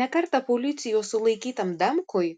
ne kartą policijos sulaikytam damkui